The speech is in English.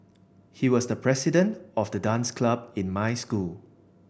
he was the president of the dance club in my school